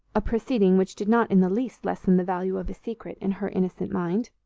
a proceeding which did not in the least lessen the value of a secret in her innocent mind.